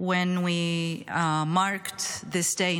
when we marked this day,